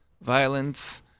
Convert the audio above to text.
violence